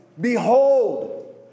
Behold